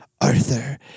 Arthur